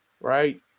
right